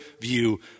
view